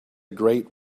great